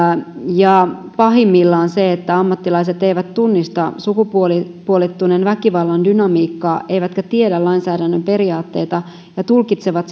pahimmillaan se että ammattilaiset eivät tunnista sukupuolistuneen väkivallan dynamiikkaa eivätkä tiedä lainsäädännön periaatteita ja tulkitsevat